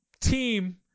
team –